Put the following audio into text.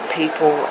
people